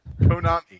Konami